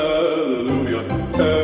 Hallelujah